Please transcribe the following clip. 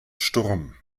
sturm